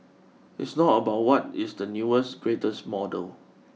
it's not about what is the newest greatest model